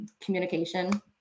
communication